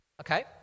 Okay